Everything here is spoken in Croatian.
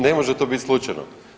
Ne može to bit slučajno.